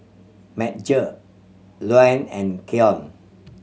Madge Luann and Keyon